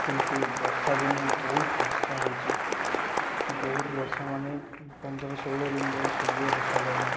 କିନ୍ତୁ ବର୍ଷା ଦିନେ ବହୁତ ବର୍ଷା ହେଉଛି ବହୁତ ବର୍ଷା ମାନ ପନ୍ଦର ଷୋହଳ ଦିନ ଯାଏଁ ସୂର୍ଯ୍ୟ ଦେଖାଯାଉନି